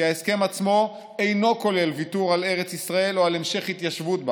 כי ההסכם עצמו אינו כולל ויתור על ארץ ישראל או על המשך ההתיישבות בה.